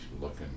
looking